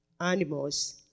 animals